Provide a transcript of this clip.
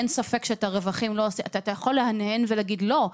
אתה יכול להנהן ולהגיד שלא,